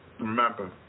Remember